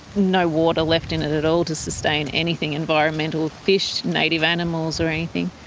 no water left in it at all to sustain anything environmental, fish, native animals, or anything.